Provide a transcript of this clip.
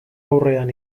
aurrean